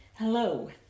hello